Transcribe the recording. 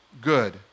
good